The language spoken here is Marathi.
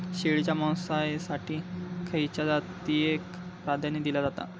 शेळीच्या मांसाएसाठी खयच्या जातीएक प्राधान्य दिला जाता?